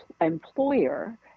employer